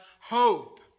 hope